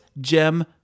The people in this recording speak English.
Gem